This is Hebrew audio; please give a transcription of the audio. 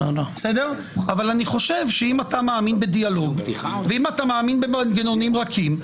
אני חושב שאם אתה מאמין בדיאלוג ואם אתה מאמין במנגנונים רכים,